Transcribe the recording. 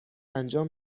انجام